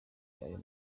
ayo